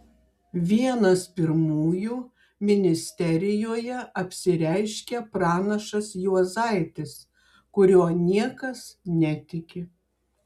vienas pirmųjų ministerijoje apsireiškia pranašas juozaitis kuriuo niekas netiki